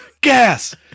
Gas